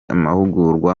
amahugurwa